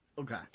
Okay